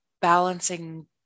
balancing